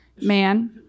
man